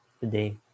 today